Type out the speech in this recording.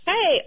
Hey